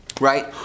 right